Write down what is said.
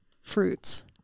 fruits